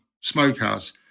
smokehouse